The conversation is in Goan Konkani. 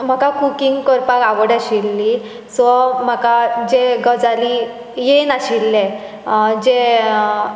म्हाका कुकींग करपाक आवड आशिल्ली सो म्हाका जे गजाली येय नाशिल्ले जे